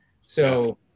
So-